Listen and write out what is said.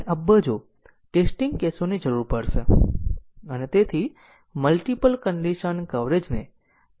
અવ્યવહારુ છે અને તે કારણોસર આપણે લીનીયર ઈન્ડીપેન્ડન્ટ માર્ગની આ કલ્પનાને વ્યાખ્યાયિત કરવાની જરૂર છે